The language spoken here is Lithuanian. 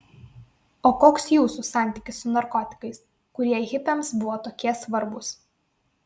o koks jūsų santykis su narkotikais kurie hipiams buvo tokie svarbūs